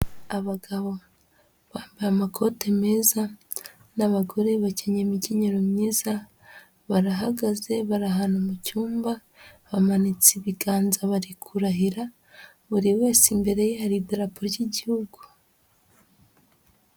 Abagabo bambaye amakote meza, n'abagore bakenyeye imikenyero myiza, barahagaze bari ahantu mu cyumba, bamanitse ibiganza, bari kurahira, buri wese imbere ye hari idarapo ry'igihugu.